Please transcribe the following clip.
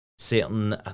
certain